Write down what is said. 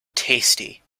tasty